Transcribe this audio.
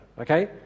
okay